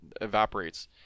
evaporates